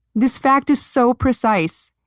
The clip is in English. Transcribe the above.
this fact is so precise,